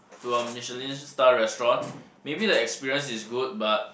to a Michelin star restaurant maybe the experience is good but